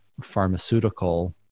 pharmaceutical